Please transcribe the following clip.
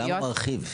למה מרחיב?